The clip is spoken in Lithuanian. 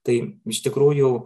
tai iš tikrųjų